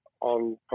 on